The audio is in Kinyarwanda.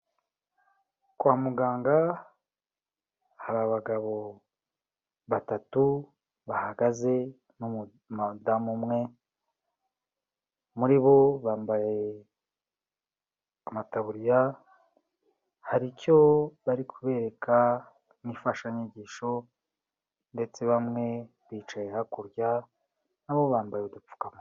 Kwa muganga hari abagabo batatu bahagaze n'umudamu umwe, muri bo bambaye amataburiya, hari icyo bari kubereka nk'imfashanyigisho ndetse bamwe bicaye hakurya, nabo bambaye udupfukamunwa.